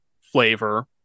flavor